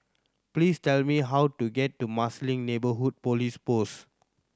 please tell me how to get to Marsiling Neighbourhood Police Post